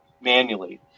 manually